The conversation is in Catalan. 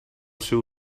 seu